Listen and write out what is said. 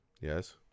Yes